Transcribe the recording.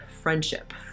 friendship